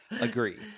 Agree